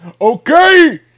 Okay